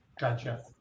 Gotcha